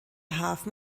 hafen